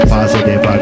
Positive